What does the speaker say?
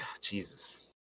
Jesus